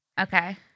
Okay